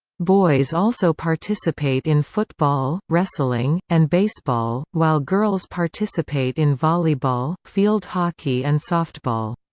boys also participate in football, wrestling, and baseball, while girls participate in volleyball, field hockey and softball.